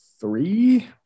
three